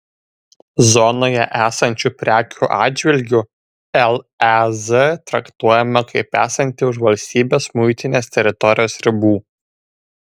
zonoje esančių prekių atžvilgiu lez traktuojama kaip esanti už valstybės muitinės teritorijos ribų